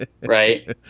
Right